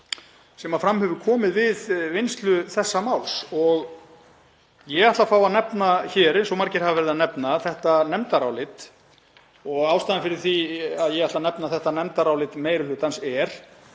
sem fram hefur komið við vinnslu þessa máls. Ég ætla að fá að nefna hér, eins og margir hafa nefnt, þetta nefndarálit. Ástæðan fyrir því að ég ætla að nefna þetta nefndarálit meiri hlutans er